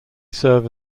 serve